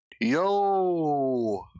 yo